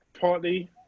partly